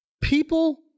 people